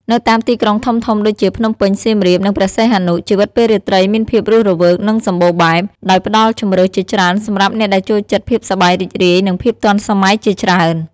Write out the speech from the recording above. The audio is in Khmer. នៅតាមទីក្រុងធំៗដូចជា ភ្នំពេញ សៀមរាប និងព្រះសីហនុ ជីវិតពេលរាត្រីមានភាពរស់រវើក និងសម្បូរបែប ដោយផ្ដល់ជម្រើសជាច្រើនសម្រាប់អ្នកដែលចូលចិត្តភាពសប្បាយរីករាយ និងភាពទាន់សម័យជាច្រើន ។